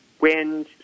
Wind